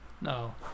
No